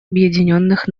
объединенных